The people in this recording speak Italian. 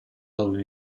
dove